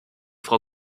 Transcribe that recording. frau